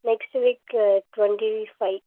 next week twenty five